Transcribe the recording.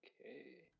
Okay